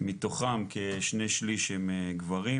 מתוכם כשני שליש הם גברים,